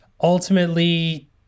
ultimately